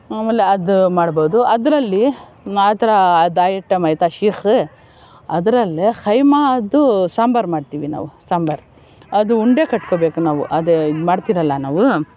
ಆಮೇಲೆ ಅದು ಮಾಡ್ಬೋದು ಅದರಲ್ಲಿ ಆ ಥರ ಅದು ಐಟಮ್ ಆಯ್ತಾ ಶಿಕ್ ಅದರಲ್ಲಿ ಕೈಮಾದ್ದು ಸಾಂಬಾರು ಮಾಡ್ತೀವಿ ನಾವು ಸಾಂಬಾರು ಅದು ಉಂಡೆ ಕಟ್ಕೋಬೇಕು ನಾವು ಅದು ಇದು ಮಾಡ್ತಿರಲ್ಲ ನಾವು